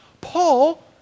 Paul